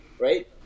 right